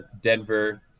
Denver